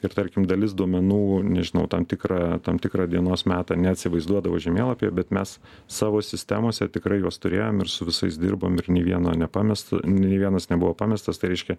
ir tarkim dalis duomenų nežinau tam tikrą tam tikrą dienos metą neatsivaizduodavo žemėlapyje bet mes savo sistemose tikrai juos turėjom ir su visais dirbam ir nei vieno nepamesto nei vienas nebuvo pamestas tai reiškia